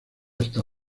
está